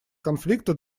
конфликта